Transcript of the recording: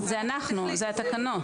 זה אנחנו, זה התקנות.